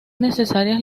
necesarias